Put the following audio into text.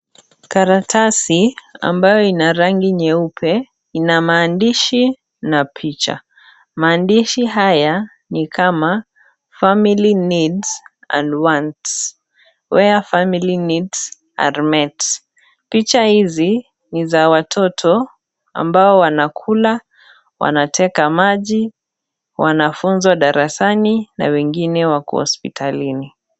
Karatasi ambayo ina rangi nyeupe ina maandishi na picha maandishi haya ni kama family needs and wants where family needs are met picha hizi ni za watoto ambao wanakula, wanateka maji, wanafunzwa darasani na wengine wako hospitalini.